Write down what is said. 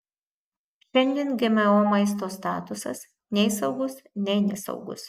šiandien gmo maisto statusas nei saugus nei nesaugus